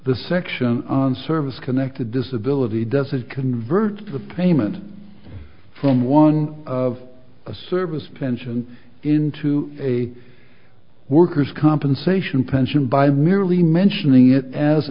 the section on service connected disability doesn't convert the payment from one of a service pension into a worker's compensation pension by merely mentioning it as